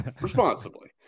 Responsibly